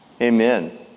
Amen